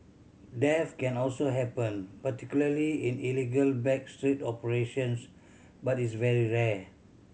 death can also happen particularly in illegal back street operations but is very rare